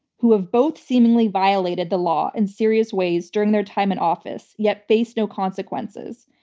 who have both seemingly violated the law in serious ways during their time in office, yet face no consequences.